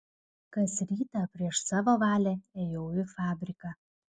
kas rytą prieš savo valią ėjau į fabriką